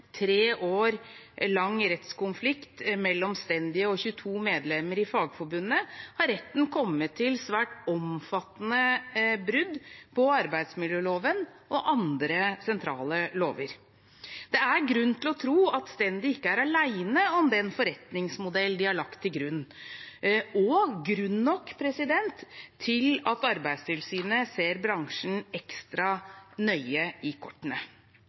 tre år lang rettskonflikt mellom Stendi og 22 medlemmer i Fagforbundet har retten kommet til at det har vært svært omfattende brudd på arbeidsmiljøloven og andre sentrale lover. Det er grunn til å tro at Stendi ikke er alene om den forretningsmodellen de har lagt til grunn – grunn nok til at Arbeidstilsynet ser bransjen ekstra nøye i kortene.